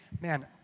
man